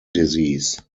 disease